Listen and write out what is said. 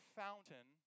fountain